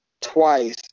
twice